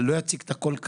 אני לא אציג כאן את הכול.